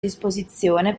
disposizione